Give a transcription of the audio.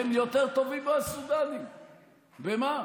שהם יותר טובים מהסודאנים, במה,